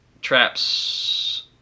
traps